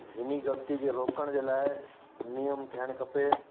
हिन ग़लती खे रोकण जे लाइ नियम ठाहिणु खपे